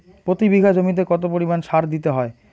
প্রতি বিঘা জমিতে কত পরিমাণ সার দিতে হয়?